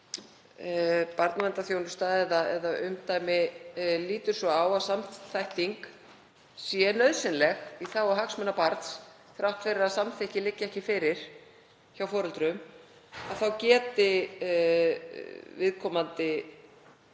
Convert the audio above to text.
barnaverndarþjónusta eða -umdæmi lítur svo á að samþætting sé nauðsynleg í þágu hagsmuna barns þrátt fyrir að samþykki liggi ekki fyrir hjá foreldrum, þá geti viðkomandi